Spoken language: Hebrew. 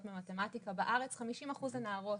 לימוד במתמטיקה בארץ כ-50% אלו נערות